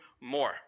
more